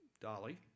Dolly